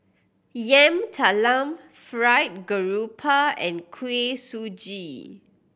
Yam Talam fried grouper and Kuih Suji